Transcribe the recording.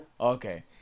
okay